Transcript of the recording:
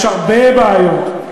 יש הרבה בעיות.